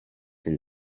than